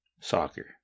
soccer